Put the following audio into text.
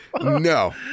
No